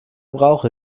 brauche